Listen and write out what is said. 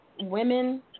women